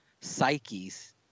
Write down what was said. psyches